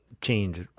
change